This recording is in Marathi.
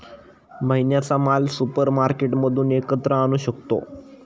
महिन्याचा माल सुपरमार्केटमधून एकत्र आणू शकतो